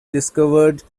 discovered